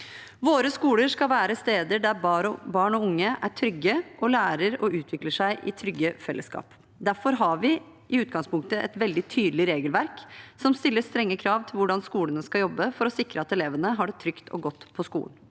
Våre skoler skal være steder der barn og unge er trygge og lærer og utvikler seg i trygge fellesskap. Derfor har vi i utgangspunktet et veldig tydelig regelverk som stiller strenge krav til hvordan skolene skal jobbe for å sikre at elevene har det trygt og godt på skolen.